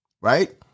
Right